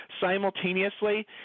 simultaneously